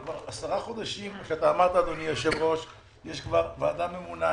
כבר 10 חודשים יש ועדה ממונה,